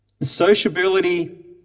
Sociability